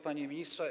Panie Ministrze!